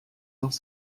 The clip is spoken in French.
dans